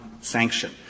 sanction